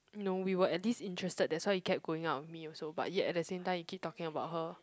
no we were at least interested that's why you kept going out with me also but yet at the same time you kept talking about her